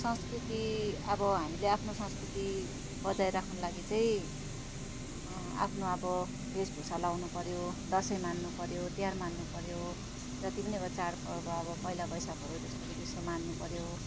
संस्कृति अब हामीले आफ्नो संस्कृति बचाएर राख्नु लागि चाहिँ आफ्नो अब भेषभूषा लगाउनुपऱ्यो दसैँ मान्नुपऱ्यो तिहार मान्नुपऱ्यो जति पनि अब चाडपर्व अब पहिलो वैशाखहरू जस्तो कि त्यस्तो मान्नुपऱ्यो